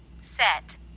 set